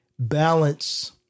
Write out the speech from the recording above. Balance